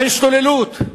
ההשתוללות,